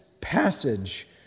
passage